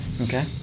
Okay